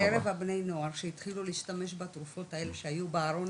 בקרב הבני נוער שהתחילו להשתמש בתרופות האלה שהיו בארון